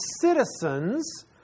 citizens